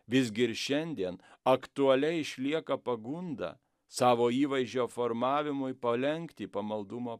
visgi ir šiandien aktualia išlieka pagunda savo įvaizdžio formavimui palenkti pamaldumo